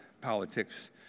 politics